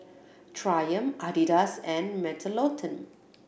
Triumph Adidas and Mentholatum